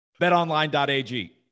BetOnline.ag